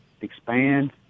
expand